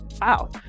wow